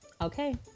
okay